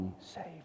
saved